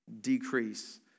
decrease